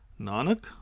Nanak